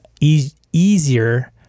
easier